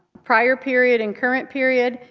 prior period and current period,